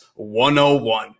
101